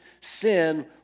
sin